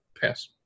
pass